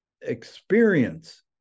experience